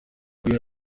uyu